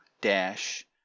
dash